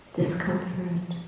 discomfort